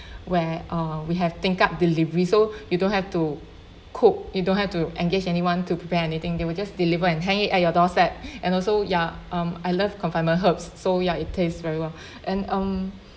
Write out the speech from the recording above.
where uh we have think up delivery so you don't have to cook you don't have to engage anyone to prepare anything they will just deliver and hang it at your doorstep and also ya um I love confinement herbs so ya it tastes very well and um